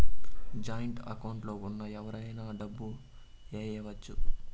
joint account లో ఉన్న ఎవరైనా డబ్బు ఏయచ్చు